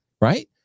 Right